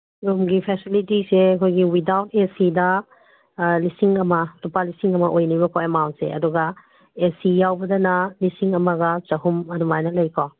ꯔꯨꯝꯒꯤ ꯐꯦꯁꯤꯂꯤꯇꯤꯁꯦ ꯑꯩꯈꯣꯏꯒꯤ ꯋꯤꯗꯥꯎꯠ ꯑꯦꯁꯤꯗ ꯂꯤꯁꯤꯡ ꯑꯃ ꯂꯨꯄꯥ ꯂꯤꯁꯤꯡ ꯑꯃ ꯑꯣꯏꯅꯤꯕꯀꯣ ꯑꯦꯃꯥꯎꯟꯁꯦ ꯑꯗꯨꯒ ꯑꯦ ꯁꯤ ꯌꯥꯎꯕꯗꯅ ꯂꯤꯁꯤꯡ ꯑꯃꯒ ꯆꯍꯨꯝ ꯑꯗꯨꯃꯥꯏꯅ ꯂꯩꯀꯣ